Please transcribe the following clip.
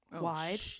wide